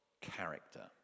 character